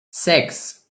six